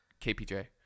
KPJ